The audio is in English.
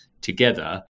together